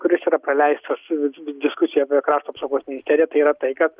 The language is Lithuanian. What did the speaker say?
kuris yra paleistas vis diskusija apie krašto apsaugos ministeriją tai yra tai kad